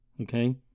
Okay